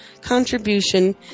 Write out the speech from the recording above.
contribution